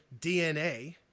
DNA